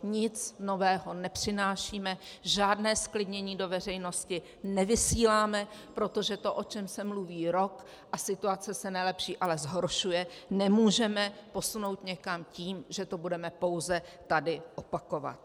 Nic nového nepřinášíme, žádné zklidnění do veřejnosti nevysíláme, protože to, o čem se mluví rok, a situace se nelepší, ale zhoršuje, nemůžeme posunout někam tím, že to budeme pouze tady opakovat.